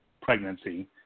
pregnancy